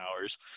hours